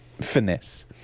finesse